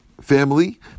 family